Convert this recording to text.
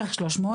בערך 300 מגיעים